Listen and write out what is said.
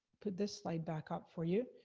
put this slide back up for you.